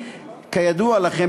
כידוע לכם,